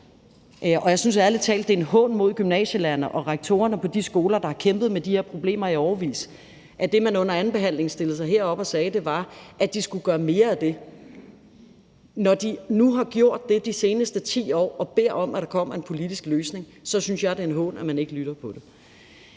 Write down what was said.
og jeg synes ærlig talt, det er en hån mod gymnasielærerne og rektorerne på de skoler, der har kæmpet med de her problemer i årevis, at man siger, som man under andenbehandlingen stillede sig herop og gjorde, at de skal gøre mere af det. Når de nu har gjort det i de seneste 10 år og beder om, at der kommer en politisk løsning, så synes jeg, det er en hån, at man ikke lytter til det.